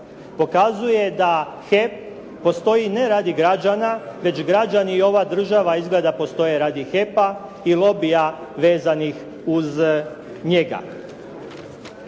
pokazuje da HEP postoji ne radi građana, već građani i ova država izgleda postoje radi HEP-a i lobija vezanih uz njega.